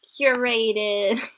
curated